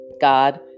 God